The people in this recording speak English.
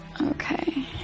Okay